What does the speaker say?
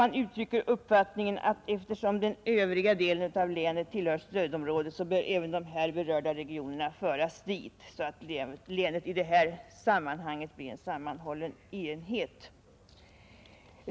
Man uttrycker också uppfattningen att eftersom den övriga delen av länet tillhör stödområdet bör även de här berörda regionerna föras dit så att länet blir en sammanhållen regionalpolitisk enhet.